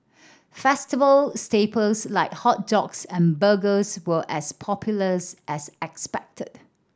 festival staples like hot dogs and burgers were as popular's as expected